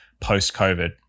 post-COVID